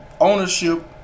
ownership